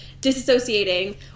disassociating